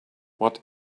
what